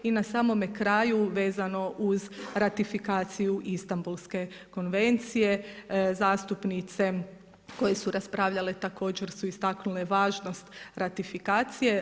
I na samome kraju vezano uz ratifikaciju Istambulske konvencije zastupnice koje su raspravljale također su istaknule važnost ratifikacije.